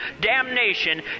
damnation